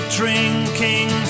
drinking